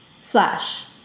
slash